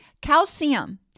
Calcium